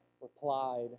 replied